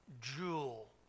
jewel